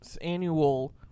annual